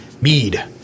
mead